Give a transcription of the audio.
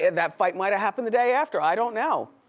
and that fight might've happened the day after, i don't know.